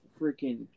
freaking